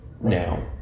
now